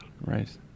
right